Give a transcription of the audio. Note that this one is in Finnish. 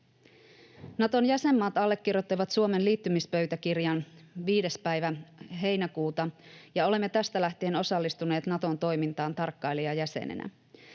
Naton jäsenmaat allekirjoittivat Suomen liittymispöytäkirjan 5. päivä heinäkuuta, ja olemme tästä lähtien osallistuneet Naton toimintaan tarkkailijajäsenenä.